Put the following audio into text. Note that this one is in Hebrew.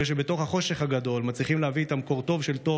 אלה שבתוך החושך הגדול מצליחים להביא איתם קורטוב של טוב,